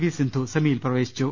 V Sindhu സെമിയിൽ പ്രവേശിച്ചു